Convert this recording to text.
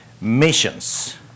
missions